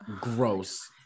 gross